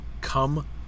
come